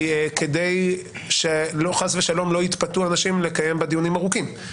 היא כדי שלא חס ושלום לא יתפתו אנשים לקיים בה דיונים ארוכים,